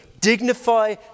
dignify